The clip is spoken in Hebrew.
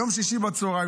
יום שישי בצוהריים,